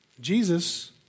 Jesus